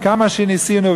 וכמה שניסינו,